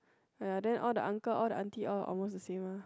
!aiya! then all the uncle all the aunty all almost the same lor